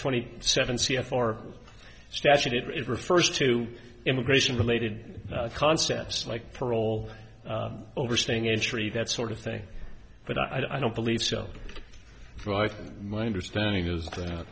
twenty seven c f r statute it refers to immigration related concepts like parole overstaying entry that sort of thing but i don't believe so right my understanding is that